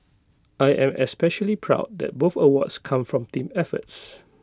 I am especially proud that both awards come from team efforts